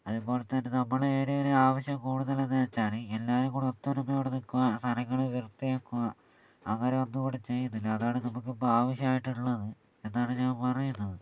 അതുപോലെതന്നെ നമ്മുടെ ഏരിയയിൽ ആവിശ്യം കൂടുതലെന്ന് വച്ചാൽ എല്ലാവരും കൂടി ഒത്തൊരുമയോടെ നിൽക്കുക സ്ഥലങ്ങൾ വൃത്തിയാക്കുക അങ്ങനെയൊന്നുകൂടി ചെയ്യുന്നില്ല അതാണ് നമുക്കിപ്പോൾ ആവിശ്യമായിട്ടുള്ളത് എന്നാണ് ഞാൻ പറയുന്നത്